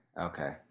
okay